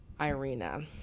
Irina